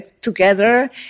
together